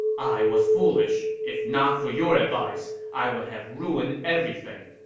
i was foolish. if not for your advice, i would have ruined everything.